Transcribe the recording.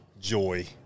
joy